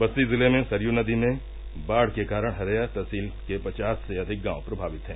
बस्ती जिले में सरयू नदी में बाढ़ के कारण हरैया तहसील के पचास से अधिक गांव प्रभावित हैं